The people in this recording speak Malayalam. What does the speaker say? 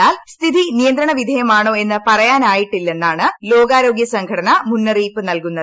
എന്നാൽ സ്ഥിതി നിയന്ത്രണവിധേയമാണോ എന്ന് പറയാറായിട്ടില്ലെന്നാണ് ലോകാരോഗ്യ സംഘടന മുന്നറിയിപ്പ് നൽകുന്നത്